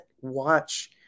watch